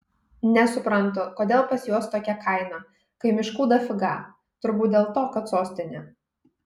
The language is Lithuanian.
nesuprantu kodėl pas juos tokia kaina kai miškų dafiga turbūt dėl to kad sostinė